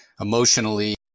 emotionally